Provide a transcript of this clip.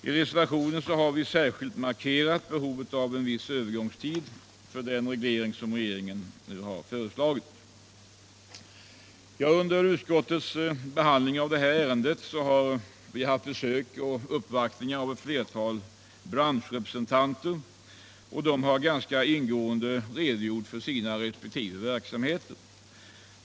I reservationen har vi särskilt markerat behovet av en viss övergångstid för den reglering som regeringen har föreslagit. Under behandlingen av detta ärende har ett flertal branschrepresen tanter uppvaktat utskottet och ganska ingående redogjort för sina resp. verksamheter.